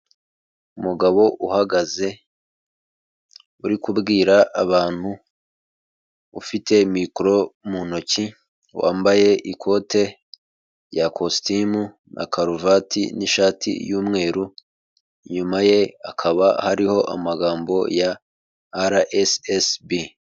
Umugabo uhagaze uri kubwira abantu, ufite mikoro mu ntoki, wambaye ikote rya kositimu na karuvati n'ishati y'umweru, inyuma ye hakaba hariho amagambo ya RSSB.